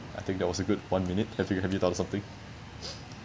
I think that was a good one minute have you have you done something